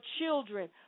children